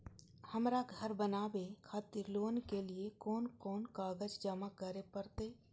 हमरा घर बनावे खातिर लोन के लिए कोन कौन कागज जमा करे परते?